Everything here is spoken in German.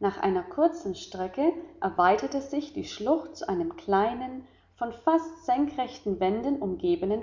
nach einer kurzen strecke erweiterte sich die schlucht zu einem kleinen von fast senkrechten wänden umgebenen